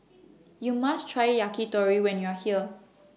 YOU must Try Yakitori when YOU Are here